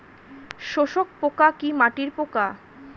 শোষক পোকা কি মাটির পোকা?